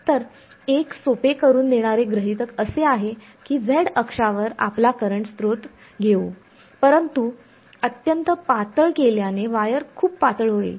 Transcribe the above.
तर एक सोपे करून देणारे गृहीतक असे आहे की z अक्षावर आपला करंट स्रोत घेऊ परंतु अत्यंत पातळ केल्याने वायर खूप पातळ होईल